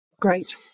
great